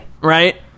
Right